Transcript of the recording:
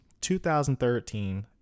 2013